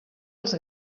els